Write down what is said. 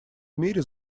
мире